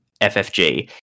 ffg